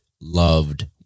loved